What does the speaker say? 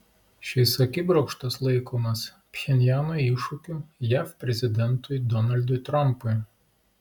šis akibrokštas laikomas pchenjano iššūkiu jav prezidentui donaldui trampui